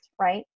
right